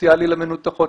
פסיכו-סוציאלי למנותחות,